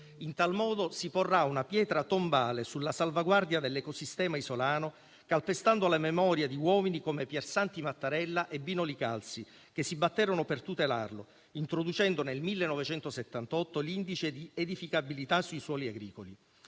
In tal modo si porrà una pietra tombale sulla salvaguardia dell'ecosistema isolano, calpestando la memoria di uomini come Piersanti Mattarella e Bino Li Calsi, che si batterono per tutelarlo, introducendo nel 1978 l'indice di edificabilità sui suoli agricoli.